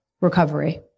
recovery